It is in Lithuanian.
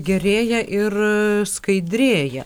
gerėja ir skaidrėja